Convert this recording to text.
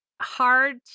hard